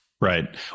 right